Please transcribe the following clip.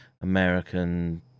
American